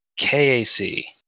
KAC